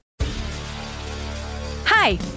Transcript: Hi